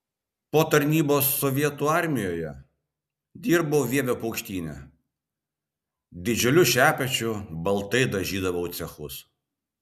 po tarnybos sovietų armijoje dirbau vievio paukštyne didžiuliu šepečiu baltai dažydavau cechus